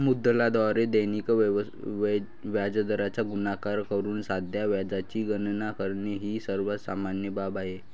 मुद्दलाद्वारे दैनिक व्याजदराचा गुणाकार करून साध्या व्याजाची गणना करणे ही सर्वात सामान्य बाब आहे